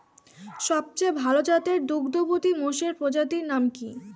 সবচেয়ে ভাল জাতের দুগ্ধবতী মোষের প্রজাতির নাম কি?